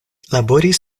laboris